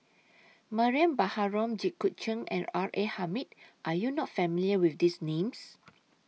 Mariam Baharom Jit Koon Ch'ng and R A Hamid Are YOU not familiar with These Names